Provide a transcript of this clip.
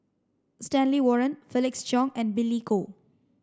Stanley Warren Felix Cheong and Billy Koh